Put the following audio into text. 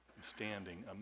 standing